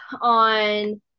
on